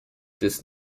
this